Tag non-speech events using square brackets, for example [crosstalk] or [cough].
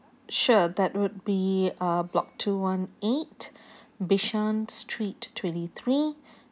sure that would be uh block two one eight [breath] bishan street twenty three